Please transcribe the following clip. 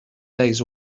days